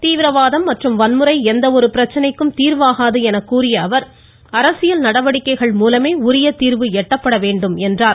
தீவிரவாதம் மற்றும் வன்முறை எந்த ஒரு பிரச்சனைக்கும் தீர்வாகாது எனக் கூறிய அவர் அரசியல் நடவடிக்கைகள் மூலமே உரிய தீர்வு எட்டப்பட வேண்டும் என்றார்